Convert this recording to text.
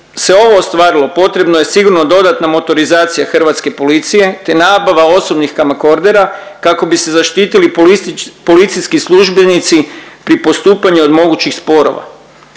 se ovo ostvarilo, potrebno je sigurno dodatna motorizacija hrvatske policije te nabava osobnih .../Govornik se ne razumije./... kako bi se zaštitili policijski službenici pri postupanju od mogućih sporova.